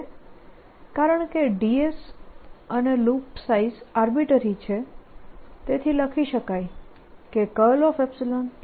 હવે કારણકે ds અને લૂપ સાઈઝ આર્બિટરી છે તેથી લખી શકાય કે ∂B∂t થશે